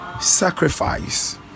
sacrifice